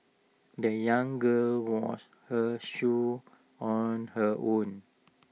the young girl washed her shoes on her own